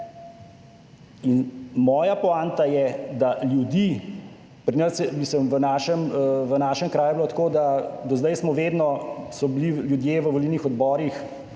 In moja poanta je, da ljudi pri nas, v našem kraju je bilo tako, da do zdaj smo, vedno so bili ljudje v volilnih odborih